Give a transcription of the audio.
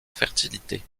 fertilité